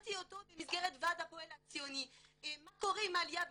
שאלתי אותו במסגרת הועד הפועל הציוני מה קורה עם העלייה בצרפת,